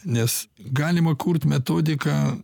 nes galima kurt metodiką